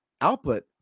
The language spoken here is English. output